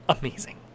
amazing